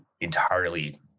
entirely